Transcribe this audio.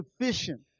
sufficient